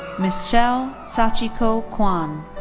michelle sachiko kwon.